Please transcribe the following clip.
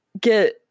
get